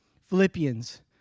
Philippians